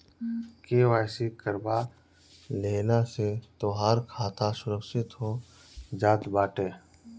KYC करवा लेहला से तोहार खाता सुरक्षित हो जात बाटे